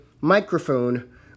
microphone